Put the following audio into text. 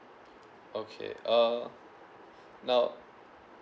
okay uh now